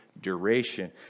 duration